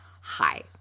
Hi